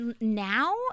now